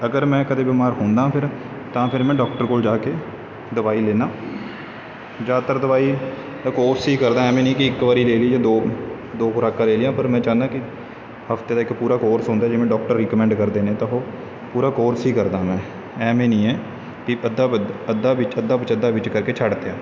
ਅਗਰ ਮੈਂ ਕਦੇ ਬਿਮਾਰ ਹੁੰਦਾ ਫਿਰ ਤਾਂ ਫਿਰ ਮੈਂ ਡਾਕਟਰ ਕੋਲ ਜਾ ਕੇ ਦਵਾਈ ਲੈਂਦਾ ਜ਼ਿਆਦਾਤਰ ਦਵਾਈ ਦਾ ਕੋਰਸ ਹੀ ਕਰਦਾ ਐਵੇਂ ਨਹੀਂ ਕਿ ਇੱਕ ਵਾਰੀ ਲੈ ਲਈ ਜਾਂ ਦੋ ਦੋ ਖੁਰਾਕਾਂ ਲੈ ਲਈਆਂ ਪਰ ਮੈਂ ਚਾਹੁੰਦਾ ਕਿ ਹਫਤੇ ਦਾ ਇੱਕ ਪੂਰਾ ਕੋਰਸ ਹੁੰਦਾ ਜਿਵੇਂ ਡਾਕਟਰ ਰਿਕਮੈਂਡ ਕਰਦੇ ਨੇ ਤਾਂ ਉਹ ਪੂਰਾ ਕੋਰਸ ਹੀ ਕਰਦਾ ਮੈਂ ਐਵੇਂ ਨਹੀਂ ਹੈ ਕਿ ਅੱਧਾ ਬੱਧ ਅੱਧ ਵਿੱਚ ਅੱਧਾ ਪਚੱਧਾ ਵਿੱਚ ਕਰਕੇ ਛੱਡ ਦਿਆਂ